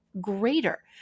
greater